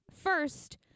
First